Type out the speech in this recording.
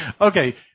Okay